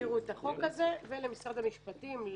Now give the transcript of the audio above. העבירו את החוק הזה, ולמשרד המשפטים,